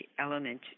element